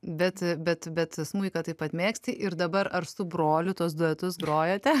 bet bet bet smuiką taip pat mėgsti ir dabar ar su broliu tuos duetus grojate